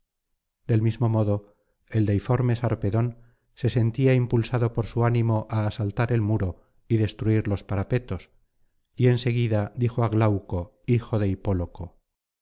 del mismo modo el deiforme sarpedón se sentía impulsado por su ánimo á asaltar el muro y destruir los parapetos y en seguida dijo á glauco hijo de hipóloco